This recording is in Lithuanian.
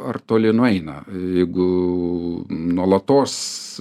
ar toli nueina jeigu nuolatos